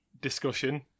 discussion